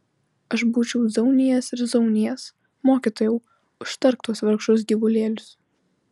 aš būčiau zaunijęs ir zaunijęs mokytojau užtark tuos vargšus gyvulėlius